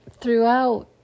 throughout